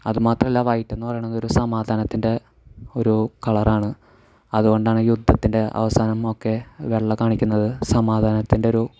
അതുമാത്രമല്ല വൈറ്റ് എന്ന് പറയുന്നത് ഒരു സമാധാനത്തിൻ്റെ ഒരു കളർ ആണ് അതുകൊണ്ടാണ് യുദ്ധത്തിൻ്റെ അവസാനം ഒക്കെ വെള്ള കാണിക്കുന്നത് സമാധാനത്തിൻ്റെ ഒരു